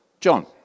John